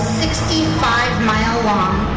65-mile-long